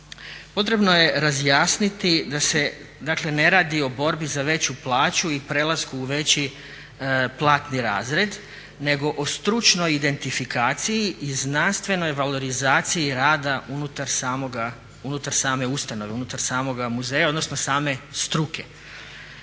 Potrebno je razjasniti da se dakle ne radi o borbi za veću plaću i prelasku u veći platni razred nego o stručnoj identifikaciji i znanstvenoj valorizaciji rada unutar same ustanove, unutar samoga muzeja, odnosno same struke.